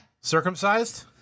circumcised